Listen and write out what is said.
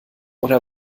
oder